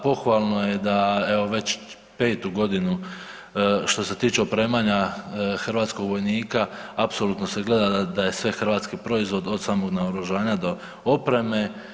Pohvalno je da evo već petu godinu što se tiče opremanje hrvatskog vojnika apsolutno se gleda da je sve hrvatski proizvod od samog naoružanja do opreme.